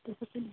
जैसे कि